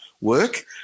work